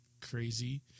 crazy